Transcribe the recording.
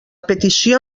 petició